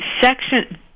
section